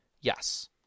yes